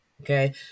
Okay